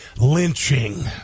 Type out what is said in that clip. lynching